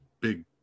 big